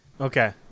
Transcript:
okay